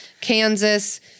Kansas